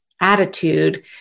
attitude